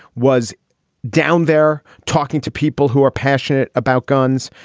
was down there talking to people who are passionate about guns.